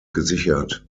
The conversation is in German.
gesichert